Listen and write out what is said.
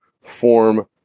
form